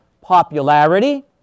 popularity